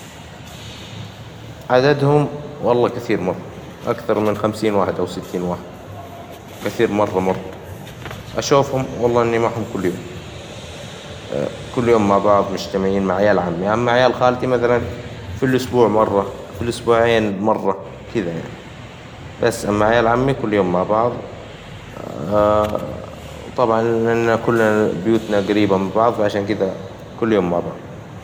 عددهم والله كثير مرة، أكثر من خمسين واحد أو ستين واحد، كثير مرة مرة، أشوفهم والله إني معهم كل يوم، كل يوم مع بعض مجتمعين مع عيال عمي، أما عيال خالتي مثلًا في الأسبوع مرة، في الأسبوعين مرة، كذا يعني، بس أما عيال عمي كل يوم مع بعض، وطبعًا كل بيوتنا جريبة من بعض فعشان كذه كل يوم مع بعض.